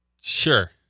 Sure